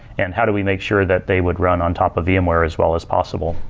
and how do we make sure that they would run on top of yeah vmware as well as possible?